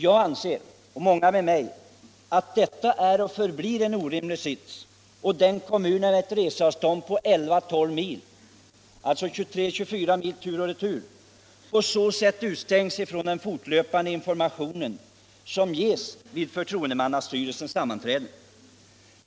Jag och många med mig anser att detta är och förblir en orimlig sits och att kommunen i fråga, vars företrädare har ett reseavstånd på 11-12 mil — alltså 23-24 mil tur och retur — på så sätt utestängs från den fortlöpande information som ges vid förtroendemannastyrelsens sammanträden.